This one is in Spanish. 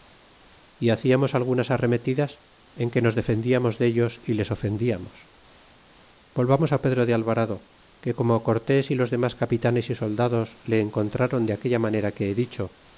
y haciamos algunas arremetidas en que nos de fendiamos dellos y les ofendiamos volvamos pedro de alvarado que como cortés y los denlas capitanes y soldados le encontraron de aquella manera que he dicho